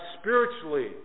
spiritually